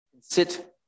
sit